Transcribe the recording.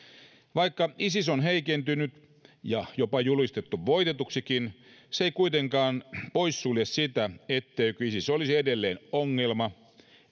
vaikka isis on heikentynyt ja jopa julistettu voitetuksikin se ei kuitenkaan poissulje sitä etteikö isis olisi edelleen ongelma